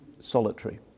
solitary